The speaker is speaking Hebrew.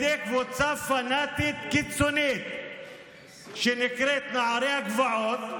קבוצה פנאטית קיצונית שנקראת "נערי הגבעות".